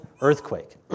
earthquake